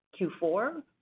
Q4